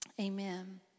amen